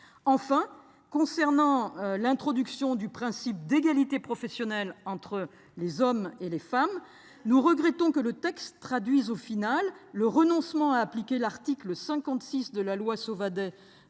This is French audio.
Enfin, concernant l'introduction du principe d'égalité professionnelle entre les femmes et les hommes, nous regrettons que le texte traduise le renoncement à appliquer l'article 56 de la loi Sauvadet